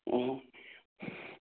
ꯑꯣ